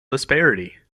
disparity